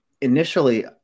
initially